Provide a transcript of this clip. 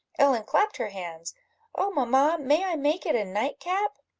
ellen clapped her hands oh, mamma, may i make it a nightcap?